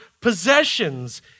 possessions